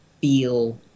feel